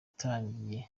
yatangiye